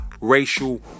racial